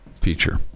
feature